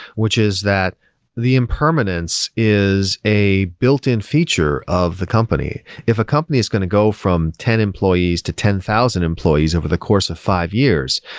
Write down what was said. which is that the impermanence is a built-in feature of the company. if a company is going to go from ten employees to ten thousand employees over the course of five years,